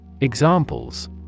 Examples